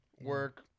work